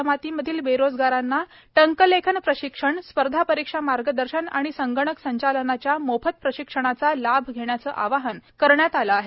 जमातीमधील बेरोजगारांना टंकलेखन प्रशिक्षण स्पर्धा परीक्षा मार्गदर्शन आणि संगणक संचालनाच्या मोफत प्रशिक्षणाचा लाभ घेण्याचं आवाहन करण्यात आलं आहे